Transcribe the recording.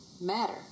matter